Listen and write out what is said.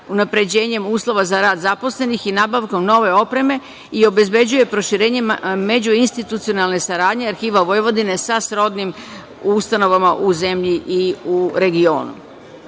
unapređenjem uslova za rad zaposlenih i nabavkom nove opreme i obezbeđuje proširenje međuinstitucionalne saradnje Arhiva Vojvodine sa srodnim ustanovama u zemlji i u regionu. Arhiv